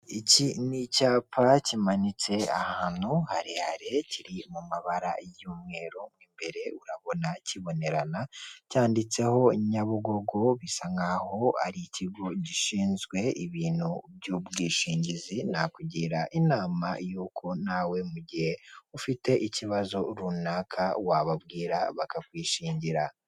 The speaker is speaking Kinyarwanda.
Iki ni icyapa kimanitse ahantu harehare kiri mu mabara y'umweru imbere urabona kibonerana, cyanditseho Nyabugogo bisa nk'aho ari ikigo gishinzwe ibintu by'ubwishingizi, nakugira inama y'uko nawe mu gihe ufite ikibazo runaka wababwira bakakwishingira.